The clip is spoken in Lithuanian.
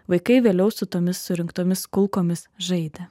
vaikai vėliau su tomis surinktomis kulkomis žaidė